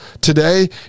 Today